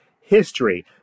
history